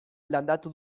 landatu